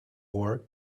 wore